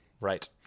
Right